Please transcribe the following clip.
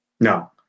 No